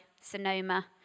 Sonoma